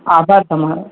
આભાર તમારો